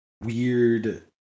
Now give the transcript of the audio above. weird